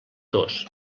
dos